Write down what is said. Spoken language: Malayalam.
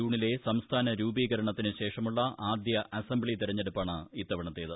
ജൂണിലെ സംസ്ഥാന രൂപീകരണത്തിന് ശേഷമുള്ള ആദ്യ അസംബ്ലി തെരഞ്ഞെടുപ്പാണ് ഇത്തവണത്തേത്